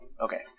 Okay